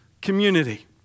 community